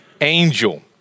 angel